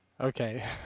Okay